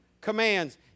commands